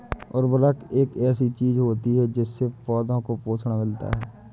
उर्वरक एक ऐसी चीज होती है जिससे पौधों को पोषण मिलता है